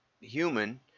human